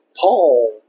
Paul